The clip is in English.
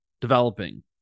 developing